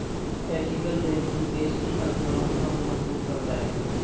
ethical banking देश की अर्थव्यवस्था को मजबूत करता है